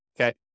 okay